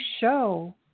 show